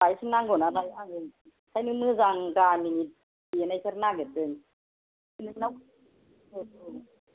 बेवहायसो नांगौ नालाय आङो बेनिखायनो मोजां दामि देनायफोर नागिरदों नोंनाव औ औ